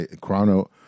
Chrono